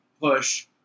push